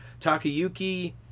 Takayuki